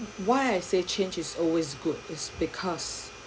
why I say change is always good is because